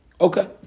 Okay